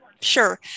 Sure